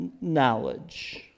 knowledge